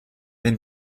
den